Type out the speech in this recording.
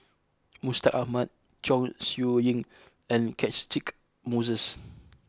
Mustaq Ahmad Chong Siew Ying and Catchick Moses